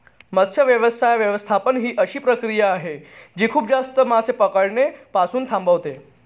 मत्स्य व्यवसाय व्यवस्थापन ही अशी प्रक्रिया आहे जी खूप जास्त मासे पकडणे पासून थांबवते